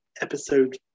episode